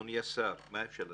אדוני השר, מה אפשר לעשות?